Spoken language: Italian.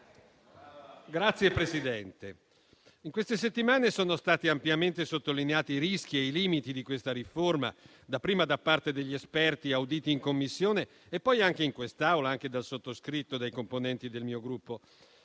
Signor Presidente, in queste settimane sono stati ampiamente sottolineati i rischi e i limiti di questa riforma, dapprima da parte degli esperti auditi in Commissione e poi anche in quest'Aula, anche dal sottoscritto, dai componenti del mio Gruppo.